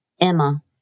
Emma